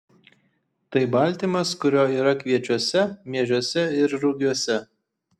tai baltymas kurio yra kviečiuose miežiuose ir rugiuose